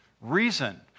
Reason